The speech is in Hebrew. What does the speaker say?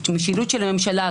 משילות של הממשלה.